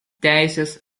teisės